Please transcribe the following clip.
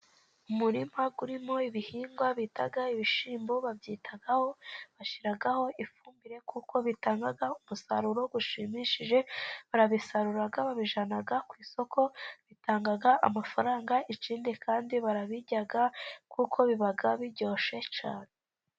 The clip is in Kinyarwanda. Umurima urimo ibihingwa bita ibishyimbo, babyitaho bashyiraho ifumbire, kuko bitanga umusaruro ushimishije. Barabisarura babijyana ku isoko, bitanga amafaranga ikindi kandi barabirya kuko biba biryoshe cyane.